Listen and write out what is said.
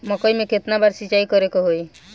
मकई में केतना बार सिंचाई करे के होई?